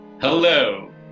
Hello